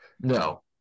No